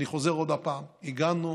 אני חוזר עוד פעם: הגענו